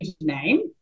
name